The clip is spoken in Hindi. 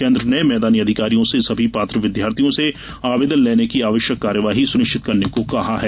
केन्द्र ने मैदानी अधिकारियों से सभी पात्र विद्यार्थियों से आवेदन लेने की आवश्यक कार्यवाही सुनिश्चित करने को कहा है